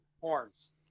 horns